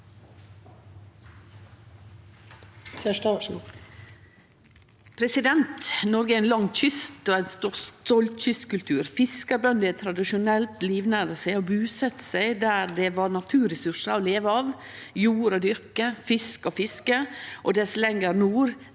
Noreg har ein lang kyst og ein stolt kystkultur. Fiskarbønder har tradisjonelt livnært seg og busett seg der det var naturressursar å leve av, jord å dyrke, fisk å fiske, og dess lenger nord,